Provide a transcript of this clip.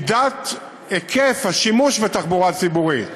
היקף השימוש בתחבורה ציבורית